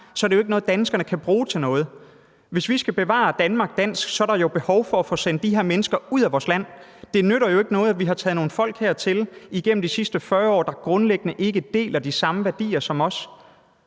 så er det jo ikke noget, danskerne kan bruge til noget. Hvis vi skal bevare Danmark dansk, er der behov for at få sendt de her mennesker ud af vores land. Det nytter jo ikke noget, at vi igennem de sidste 40 år har taget nogle folk hertil, der grundlæggende ikke deler de samme værdier som os.